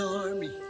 army